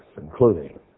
including